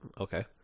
Okay